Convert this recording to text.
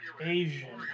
Asian